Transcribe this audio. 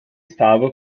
estava